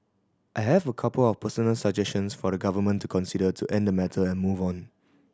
I have a couple of personal suggestions for the Government to consider to end the matter and move on